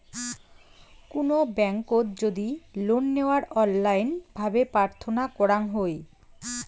কুনো ব্যাংকোত যদি লোন নেওয়ার অনলাইন ভাবে প্রার্থনা করাঙ হই